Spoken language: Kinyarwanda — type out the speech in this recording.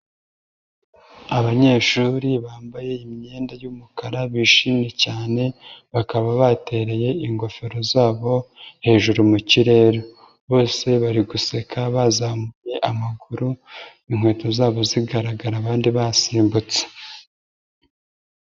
Abanyeshuri bambaye imyenda y'umukara bishimye cyane, bakaba batereye ingofero zabo hejuru mukirere, bose bari guseka bazamuye amaguru inkweto zabo zigaragara abandi basimbutse.